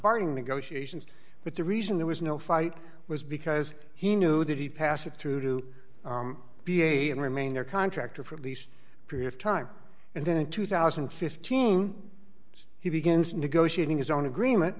bargaining negotiations but the reason there was no fight was because he knew that he passed it through to be a and remain a contractor for at least a period of time and then in two thousand and fifteen he begins negotiating his own agreement